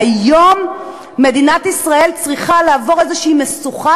היום מדינת ישראל צריכה לעבור איזו משוכה,